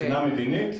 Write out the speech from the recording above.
מבחינה מדינית,